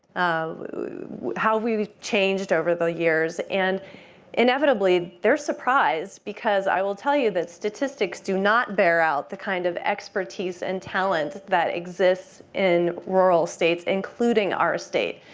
how we've changed over the years and inevitably they're surprised because, i will tell you that statistics do not bare out the kind of expertise and talents that exist in rural states, including our state.